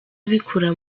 bikura